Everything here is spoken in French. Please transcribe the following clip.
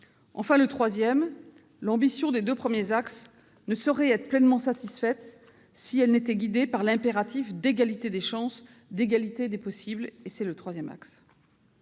Enfin, l'ambition des deux premiers axes ne saurait être pleinement satisfaite si elle n'était guidée par l'impératif d'égalité des chances, d'égalité des possibles. C'est notre troisième axe.